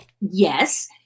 yes